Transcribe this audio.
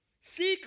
Seek